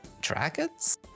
dragons